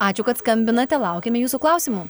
ačiū kad skambinate laukiame jūsų klausimų